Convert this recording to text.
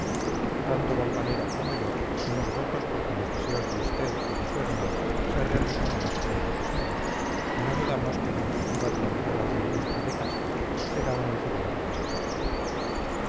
tanto valvanera como yo hacemos votos porque los deseos de usted y de su hermana se realicen lo más pronto posible y no dudamos que la negativa de la mayorazga ilustre de castro será un incidente pasajero